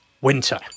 winter